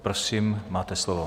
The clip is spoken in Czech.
Prosím, máte slovo.